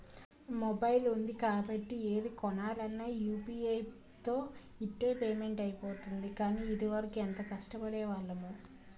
mobile ఉంది కాబట్టి ఏది కొనాలన్నా యూ.పి.ఐ తో ఇట్టే పేమెంట్ అయిపోతోంది కానీ, ఇదివరకు ఎంత కష్టపడేవాళ్లమో